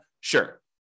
Sure